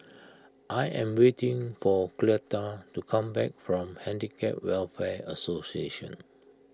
I am waiting for Cleta to come back from Handicap Welfare Association